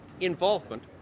involvement